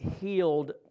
healed